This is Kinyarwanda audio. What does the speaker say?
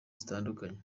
zitandukanye